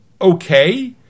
okay